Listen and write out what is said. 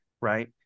right